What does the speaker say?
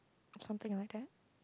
something like that